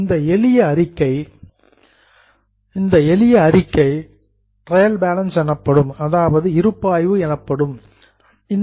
இந்த எளிய அறிக்கை ட்ரையல் பேலன்ஸ் இருப்பாய்வு என்று அழைக்கப்படுகிறது